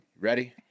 ready